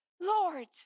Lord